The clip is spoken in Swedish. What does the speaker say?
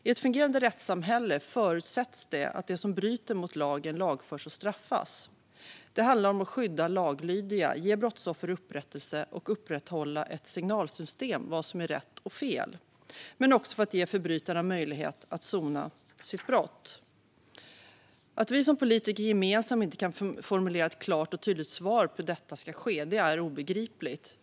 I ett fungerande rättssamhälle förutsätts att de som bryter mot lagen lagförs och straffas. Det handlar om att skydda laglydiga, att ge brottsoffer upprättelse, att upprätthålla ett signalsystem om vad som är rätt och fel men också om att ge förbrytaren möjlighet att sona sitt brott. Att vi som politiker gemensamt inte kan formulera ett klart och tydligt svar på hur detta ska ske är obegripligt.